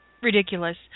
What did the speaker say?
ridiculous